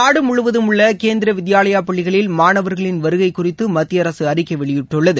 நாடுமுழுவதும் உள்ள கேந்திர வித்யாலயா பள்ளிகளில் மாணவர்களின் வருகை குறித்து மத்திய அரசு அறிக்கை வெளியிட்டுள்ளது